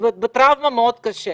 בטראומה מאוד קשה